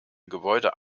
gebäude